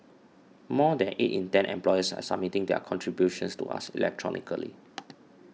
more than eight in ten employers are submitting their contributions to us electronically